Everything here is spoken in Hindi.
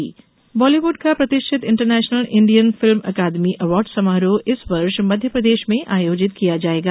आइफा अवार्ड बॉलीवुड का प्रतिष्ठित इंटरनेशनल इंडियन फिल्म अकादमी अवार्ड समारोह इस वर्ष मध्यप्रदेश में आयोजित किया जाएगा